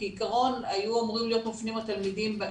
כעקרון היו אמורים התלמידים להיות מופנים אתמול,